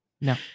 no